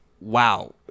Wow